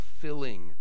filling